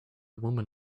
woman